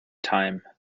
time